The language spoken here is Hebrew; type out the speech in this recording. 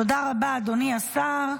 תודה רבה, אדוני השר.